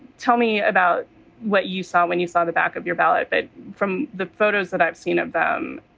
tell me about what you saw when you saw the back of your ballot. but from the photos that i've seen of them,